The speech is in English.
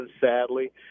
sadly